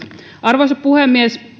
arvoisa puhemies